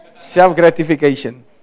Self-gratification